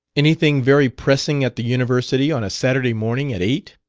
anything very pressing at the university on a saturday morning at eight?